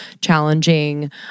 challenging